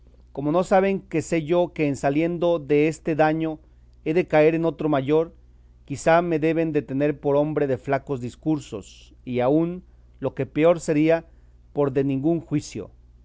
como no saben que sé yo que en saliendo deste daño he de caer en otro mayor quizá me deben de tener por hombre de flacos discursos y aun lo que peor sería por de ningún juicio